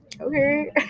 okay